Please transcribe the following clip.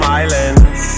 islands